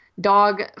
dog